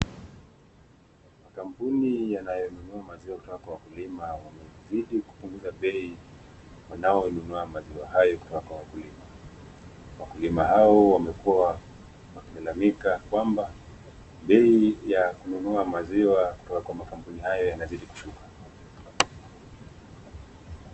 Makampuni yanayonunua maziwa kutoka kwa wakulima wamezidi kupunguza bei wanaoinunua maziwa hayo kutoka kwa wakulima. Wakulima hao wamekuwa wakilalamika kwamba bei ya kununua maziwa kutoka kwa makampuni hayo yanazidi kushuka.